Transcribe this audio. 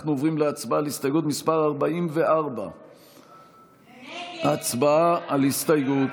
אנחנו עוברים להצבעה על הסתייגות מס' 44. הצבעה על ההסתייגות.